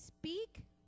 Speak